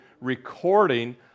recording